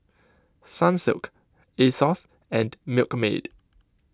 Sunsilk Asos and Milkmaid